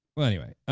well anyway,